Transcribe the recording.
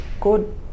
good